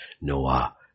Noah